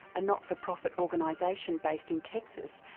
a not-for-profit organisation based in texas,